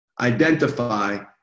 identify